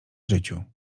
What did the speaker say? życiu